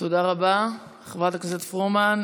תודה רבה, חברת הכנסת פרומן.